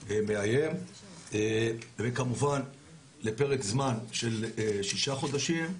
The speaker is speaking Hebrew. ומאיים, וכמובן לפרק זמן של שישה חודשים.